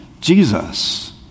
Jesus